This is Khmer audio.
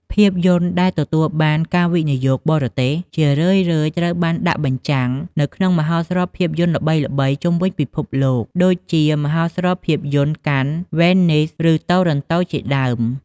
ភាពយន្តដែលទទួលបានការវិនិយោគបរទេស ជារឿយៗត្រូវបានដាក់បញ្ចាំងនៅក្នុងមហោស្រពភាពយន្តល្បីៗជុំវិញពិភពលោក ដូចជាមហោស្រពភាពយន្ត កាន (Cannes), វ៉េននីស (Venice), ឬ តូរ៉នតូ (Toronto) ជាដើម។